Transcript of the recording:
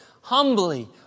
humbly